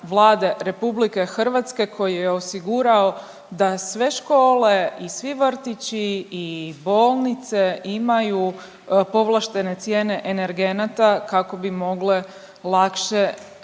Vlade RH koji je osigurao da sve škole i svi vrtići i bolnice imaju povlaštene cijene energenata kako bi mogle lakše